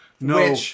No